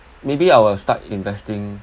maybe I will start investing